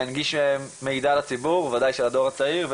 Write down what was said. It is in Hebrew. להנגיש מידע לציבור, בוודאי של הדור הצעיר.